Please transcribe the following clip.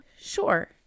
sure